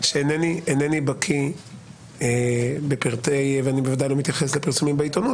אני בוודאי לא מתייחס לפרסומים בעיתונות,